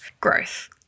growth